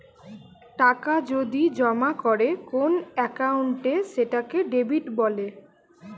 টাকা যদি জমা করে কোন একাউন্টে সেটাকে ডেবিট বলে